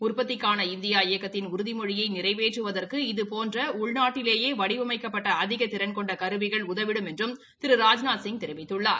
ஊற்பத்திக்கான India இயக்கத்தின் உறதிமொழியை நிறைவேற்றுவதற்கு இதுபோன்ற உள்நாட்டிலேயே வடிவமைக்கப்பட்ட அதிக திறன் கொண்ட கருவிகள் உதவிடும் என்றும் திரு ராஜ்நாத்சிய் தெரிவித்துள்ளார்